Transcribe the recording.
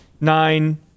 nine